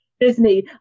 Disney